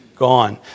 gone